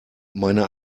meine